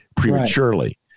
prematurely